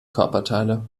körperteile